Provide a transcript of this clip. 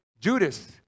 Judas